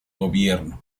gobierno